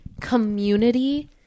Community